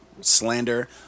Slander